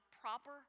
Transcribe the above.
proper